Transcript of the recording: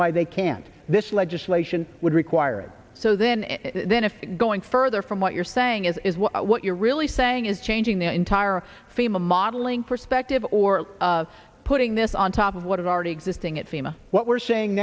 why they can't this legislation would require it so then and then if going further from what you're saying is well what you're really saying is changing the entire fema modeling perspective or putting this on top of what is already existing it seem what we're saying